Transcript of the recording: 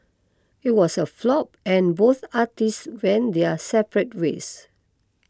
it was a flop and both artists went their separate ways